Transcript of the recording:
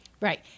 right